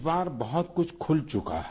इस बार बहुत कुछ खुल चुका है